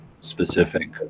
specific